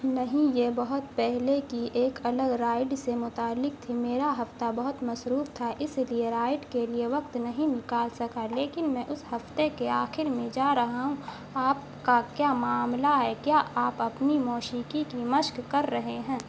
نہیں یہ بہت پہلے کی ایک الگ رائڈ سے متعلق تھی میرا ہفتہ بہت مصروف تھا اس لیے رائڈ کے لیے وقت نہیں نکال سکا لیکن میں اس ہفتے کے آخر میں جا رہا آپ کا کیا معاملہ ہے کیا آپ اپنی موسیقی کی مشق کر رہے ہیں